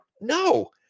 no